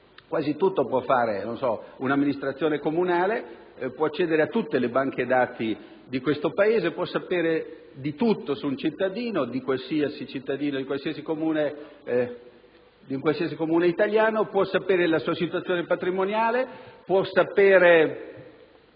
quasi tutto può fare un'amministrazione comunale: può accedere a tutte le banche dati di questo Paese, può sapere di tutto su qualsiasi cittadino di qualsiasi Comune italiano, può conoscere la sua situazione patrimoniale e la